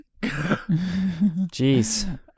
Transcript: Jeez